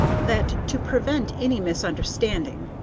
that, to prevent any misunderstanding,